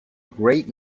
great